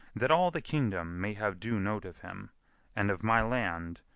that all the kingdom may have due note of him and of my land,